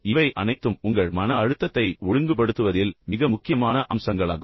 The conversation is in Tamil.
இவை அனைத்தும் உங்கள் மன அழுத்தத்தை ஒழுங்குபடுத்துவதில் மிக முக்கியமான அம்சங்களாகும்